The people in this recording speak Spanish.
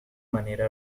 manera